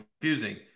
confusing